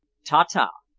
ta-ta!